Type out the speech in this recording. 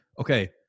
Okay